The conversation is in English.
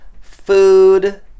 food